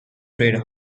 trade